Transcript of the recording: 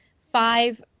five